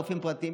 רופאים פרטיים.